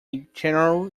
general